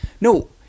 no